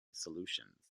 solutions